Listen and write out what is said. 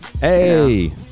Hey